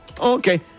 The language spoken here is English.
Okay